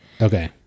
Okay